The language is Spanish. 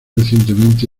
recientemente